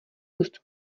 růst